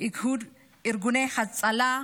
ארגוני ההצלה,